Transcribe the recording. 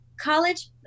college